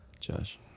Josh